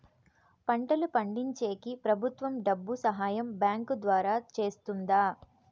పంటలు పండించేకి ప్రభుత్వం డబ్బు సహాయం బ్యాంకు ద్వారా చేస్తుందా?